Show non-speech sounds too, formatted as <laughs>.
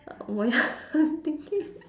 <laughs> I'm thinking